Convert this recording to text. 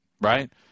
Right